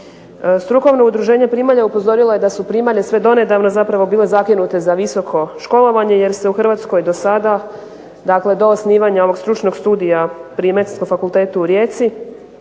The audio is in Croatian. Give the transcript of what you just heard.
Strukovno udruženje primalja upozorilo je da su primalje sve donedavno zapravo bile zakinute za visoko školovanje, jer se u Hrvatskoj do sada, dakle do osnivanja ovog stručnog studija pri Medicinskom fakultetu u Rijeci